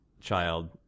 child